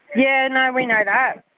yeah, no, we know that.